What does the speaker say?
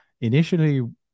Initially